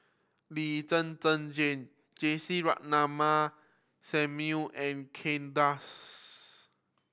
Lee Zhen Zhen Jane Ratnammah Samuel and Kay Das